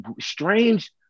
strange